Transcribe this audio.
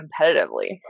competitively